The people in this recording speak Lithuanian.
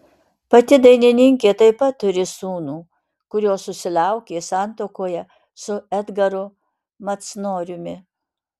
pati dainininkė taip pat turi sūnų kurio susilaukė santuokoje su edgaru macnoriumi